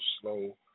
slow